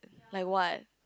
like what